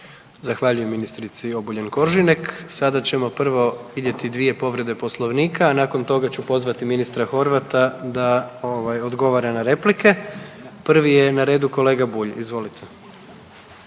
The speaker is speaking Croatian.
Zahvaljujem ministrici Obuljen Koržinek. Sada ćemo prvo vidjeti dvije povrede Poslovnika, a nakon toga ću pozvati ministra Horvata da, ovaj, odgovara na replike. Prvi je na redu kolega Bulj, izvolite.